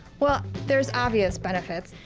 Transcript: well, there's obvious benefits.